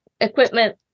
equipment